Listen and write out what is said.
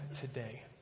today